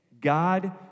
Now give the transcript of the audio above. God